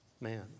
man